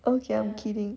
okay I'm kidding